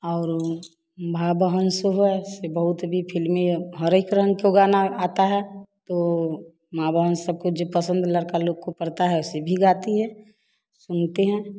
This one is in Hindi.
और माँ बहन सुबह से बहुत भी फिल्मी हर एक रंग के गाना आता है तो माँ बहन सबको के पसंद लड़का लोग को पड़ता है उसे भी गाती हैं सुनते हैं